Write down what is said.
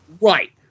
Right